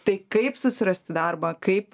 tai kaip susirasti darbą kaip